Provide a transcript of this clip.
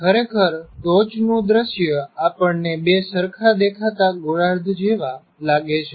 ખરેખર ટોચનું દૃશ્ય આપણને બે સરખા દેખાતા ગોળાર્ધ જેવા લાગે છે